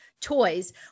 toys